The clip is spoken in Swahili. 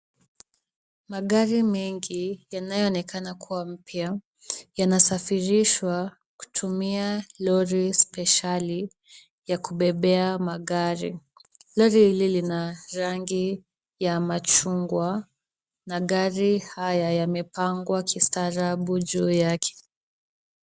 Magari mengi yanayoonekana kuwa mpya yanasafirishwa kutumia lori spesheli ya kubebea magari. Lori hili lina rangi ya machungwa na gari haya yamepangwa kistaarabu juu yake.